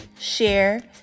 share